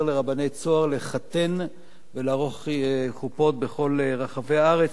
לרבני "צהר" לחתן ולערוך חופות בכל רחבי הארץ,